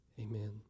Amen